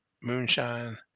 moonshine